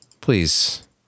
please